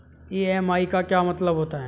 EMI का क्या मतलब होता है?